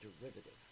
derivative